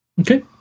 Okay